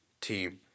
team